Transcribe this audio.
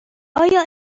آیا